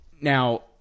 Now